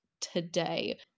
today